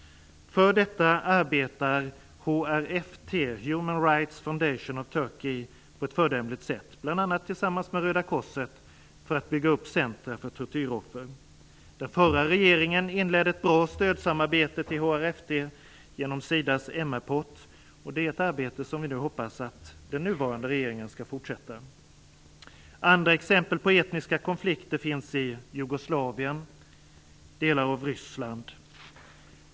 För detta arbetar HRFT, Human Rights Foundation of Turkey, på ett föredömligt sätt, bl.a. tillsammans med Röda korset, för att bygga centrum för tortyroffer. Den förra regeringen inledde ett bra stödsamarbete med HRFT genom SIDA:s MR-pott. Det är ett arbete som vi hoppas att den nuvarande regeringen skall fortsätta. Andra exempel på etniska konflikter finns i Jugoslavien och delar av Ryssland.